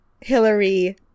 Hillary